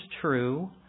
true